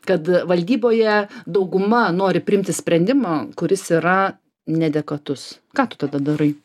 kad valdyboje dauguma nori priimti sprendimą kuris yra neadekvatus ką tu tada darai